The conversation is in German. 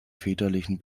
väterlichen